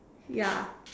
ya